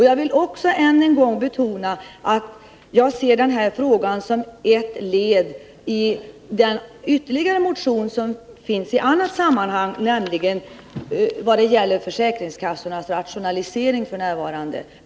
Jag vill också än en gång betona att jag ser den här frågeställningen som ett led när det gäller den fråga som tas upp i en annan motion och som gäller försäkringskassornas rationalisering.